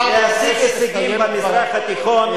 במזרח התיכון,